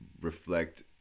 reflect